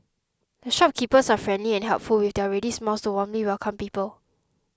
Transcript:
the shopkeepers are friendly and helpful with their ready smiles to warmly welcome people